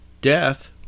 death